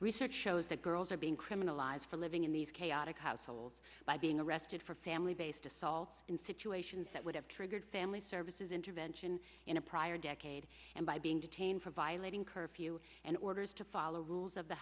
research shows that girls are being criminalized for living in these chaotic households by being arrested for family based esol in situations that would have triggered family services intervention in a prior decade and by being detained for violating curfew and orders to follow rules of the